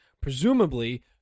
presumably